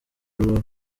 rubavu